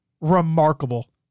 remarkable